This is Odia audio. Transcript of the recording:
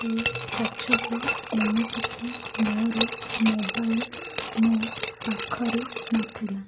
ସେଇ ପଛକୁ ଏମିତିକି ମୋର ମୋବାଇଲ ମୋ ପାଖରେ ନଥିଲା